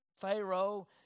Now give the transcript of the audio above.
Pharaoh